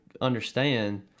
understand